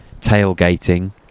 Tailgating